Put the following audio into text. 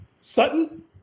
Sutton